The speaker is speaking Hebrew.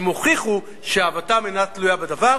הם הוכיחו שאהבתם אינה תלויה בדבר.